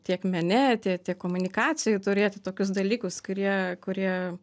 tiek mene tie tiek komunikacijoje turėti tokius dalykus kurie kurie